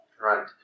Right